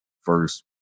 first